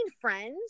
friends